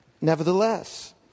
Nevertheless